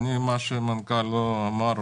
מה שהמנכ"ל לא אמר,